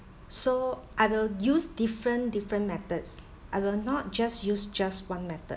so I will use different different methods I will not just use just one method